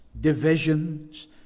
divisions